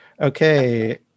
Okay